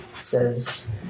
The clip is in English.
says